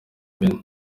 ben